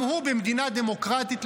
במדינה דמוקרטית,